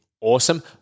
awesome